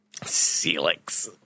Celix